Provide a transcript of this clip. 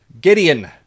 Gideon